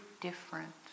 different